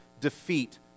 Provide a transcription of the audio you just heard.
defeat